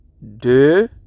de